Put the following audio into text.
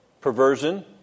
Perversion